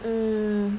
mm